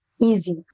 easy